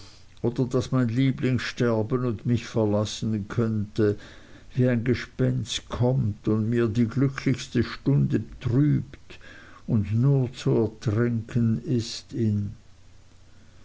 oder daß mein liebling sterben und mich verlassen könnte wie ein gespenst kommt und mir die glücklichste stunde trübt und nur zu ertränken ist in